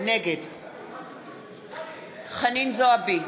נגד חנין זועבי,